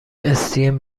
stem